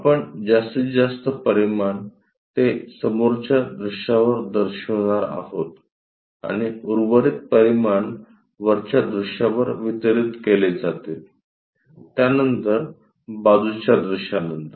आपण जास्तीत जास्त परिमाण ते समोरच्या दृश्यावर दर्शविणार आहोत आणि उर्वरित परिमाण वरच्या दृश्यावर वितरित केले जातील त्यानंतर बाजूच्या दृश्यानंतर